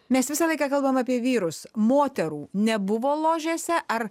mes visą laiką kalbam apie vyrus moterų nebuvo ložėse ar